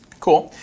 cool.